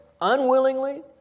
unwillingly